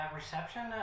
reception